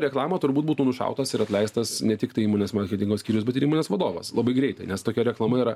reklamą turbūt būtų nušautas ir atleistas ne tiktai įmonės marketingo skyrius bet ir įmonės vadovas labai greitai nes tokia reklama yra